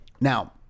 Now